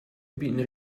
been